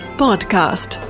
podcast